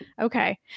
Okay